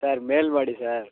sir மேல்மாடி sir